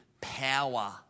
power